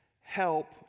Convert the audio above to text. help